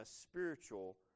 spiritual